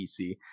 pc